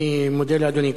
אני מודה לאדוני.